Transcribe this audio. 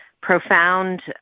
profound